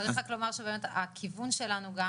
צריך רק לומר שבאמת הכיוון שלנו גם